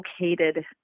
located